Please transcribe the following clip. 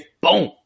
boom